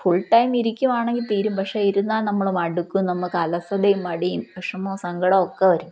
full time ഇരിക്കുകയാണെങ്കില് തീരും പക്ഷെ ഇരുന്നാല് നമ്മള് മടുക്കും നമ്മള്ക്ക് അലസതയും മടിയും വിഷമവും സങ്കടവും ഒക്കെ വരും